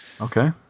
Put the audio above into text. Okay